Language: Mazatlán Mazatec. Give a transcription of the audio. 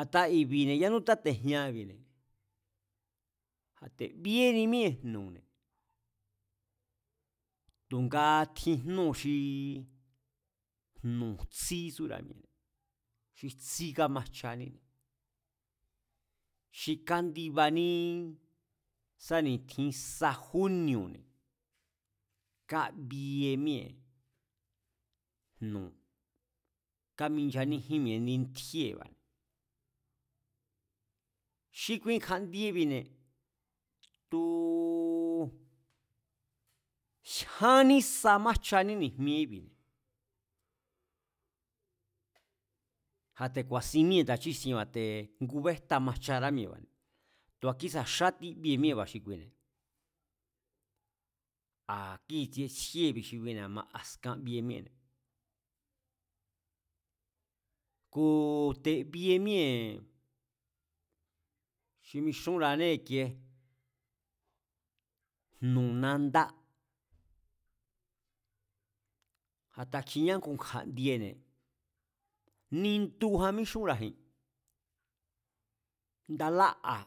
A̱ta i̱bi̱ne̱ yanú táte̱jñaabi̱ne̱, a̱te̱ bi̱e̱ni míée̱ jnu̱ne̱, tu̱a tjin jnúu̱ xii jnu̱ jstí tsúra̱ mi̱e̱ne̱, xi jtsí kamajchaníne̱ xi kándibaní sá ni̱tjin sa júnni̱o̱ne̱ kábie míee̱ jnu̱, káminchaníjín mi̱e̱ indi ntjíée̱ba̱ne̱, xi kui kja̱ndiebi̱ne̱ tu̱ jyán ní sa májchaní ni̱jmie íbi̱, a̱te̱ ku̱a̱sín míée̱ nda chísienba̱ ngubejta majchará mi̱e̱ba̱ tu̱a kísa̱ xátí bi̱e̱ míée̱ba̱ xi kuine̱ a̱ kíi̱tsie tsjíe i̱bi̱ xi kuine̱ a̱ma a̱skan bie míée̱ne̱, ku̱ te̱ bie míée̱ xi mixúnra̱á i̱kie jnu̱ nandá, a̱ta kjiñá ngu kja̱ndiene̱ nindujan míxúnra̱ji̱n, nda lá'a̱,